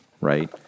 Right